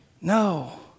No